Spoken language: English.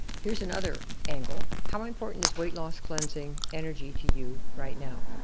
here's another angle. how important is weight loss, cleansing energy to you right now?